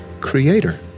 Creator